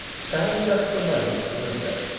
stand just for a moment at the window,